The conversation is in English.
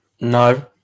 No